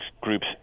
Group's